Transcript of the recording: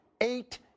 eight